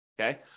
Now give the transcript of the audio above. Okay